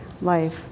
life